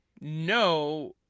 No